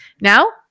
Now